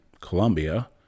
Colombia